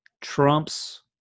Trump's